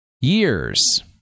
years